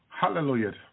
Hallelujah